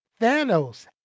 Thanos